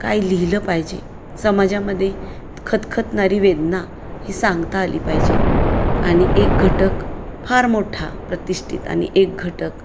काय लिहिलं पाहिजे समाजामध्ये खदखदणारी वेदना ही सांगता आली पाहिजे आणि एक घटक फार मोठा प्रतिष्ठित आणि एक घटक